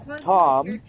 Tom